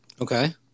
Okay